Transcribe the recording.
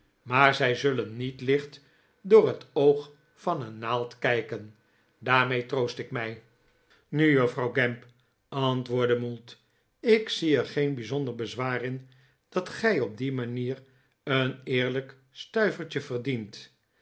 maar zij maarten chuzzlewit zullen niet licht door het oog van een naald kijken daarmee troost ik mij r nu juffrouw gamp antwoordde mould ik zie er geen bijzonder bezwaar in dat gij op die mariier een eerlijk stuivertje verdient